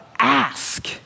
Ask